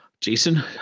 Jason